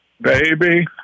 Baby